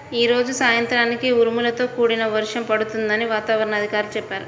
యీ రోజు సాయంత్రానికి ఉరుములతో కూడిన వర్షం పడుతుందని వాతావరణ అధికారులు చెప్పారు